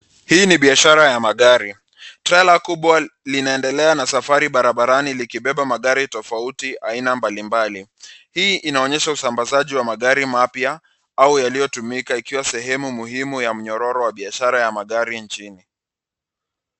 Hii ni biashara ya magari. Trela kubwa linaendelea na safari barabarani likibeba magari ya aina mbalimbali. Hii inaonyesha usambazaji wa magari mapya, au yaliyotumika, ikiwa sehemu muhimu ya mnyororo wa biashara ya magari nchini.